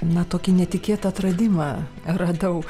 na tokį netikėtą atradimą radau